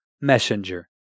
messenger